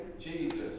Jesus